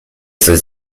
soll